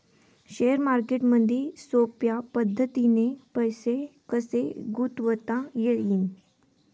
Share मार्केटमधी सोप्या पद्धतीने पैसे कसे गुंतवता येईन?